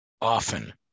often